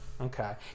Okay